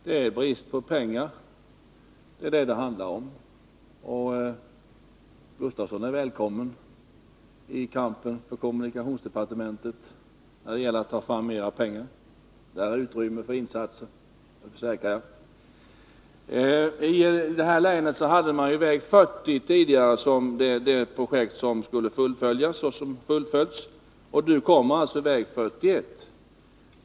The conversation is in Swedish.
Det är brist på pengar som det handlar om, och Wilhelm Gustafsson är välkommen i kampen när det gäller att ta fram mer pengar till vägarna. Det finns utrymme för insatser, det försäkrar jag. I det här länet var tidigare väg 40 det projekt som ansågs mest angeläget att fullfölja — och som också fullföljts. Och nu kommer väg 41.